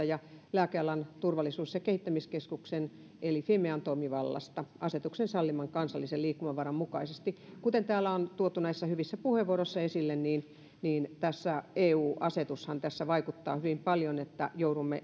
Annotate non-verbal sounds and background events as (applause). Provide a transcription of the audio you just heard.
(unintelligible) ja lääkealan turvallisuus ja kehittämiskeskuksen eli fimean toimivallasta asetuksen salliman kansallisen liikkumavaran mukaisesti kuten täällä on tuotu näissä hyvissä puheenvuoroissa esille niin niin eu asetushan tässä vaikuttaa hyvin paljon niin että joudumme